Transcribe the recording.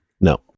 no